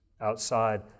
outside